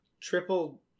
triple